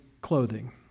clothing